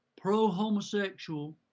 pro-homosexual